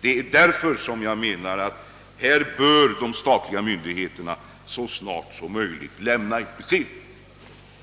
Det är därför jag anser att de statliga myndigheterna så snart som möjligt skall lämna uppgifter